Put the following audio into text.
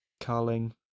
Carling